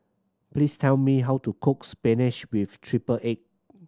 please tell me how to cook spinach with triple egg